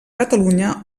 catalunya